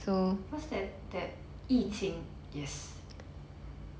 what's that that 疫情 yes